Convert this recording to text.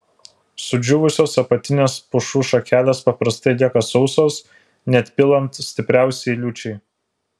sudžiūvusios apatinės pušų šakelės paprastai lieka sausos net pilant stipriausiai liūčiai